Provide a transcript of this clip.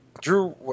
Drew